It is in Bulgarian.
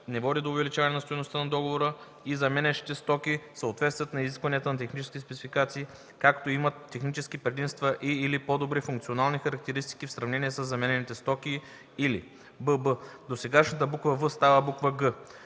не води до увеличаване на стойността на договора и заменящите стоки съответстват на изискванията на техническите спецификации, като имат технически предимства и/или по-добри функционални характеристики в сравнение със заменяните стоки, или;” бб) досегашната буква „в” става буква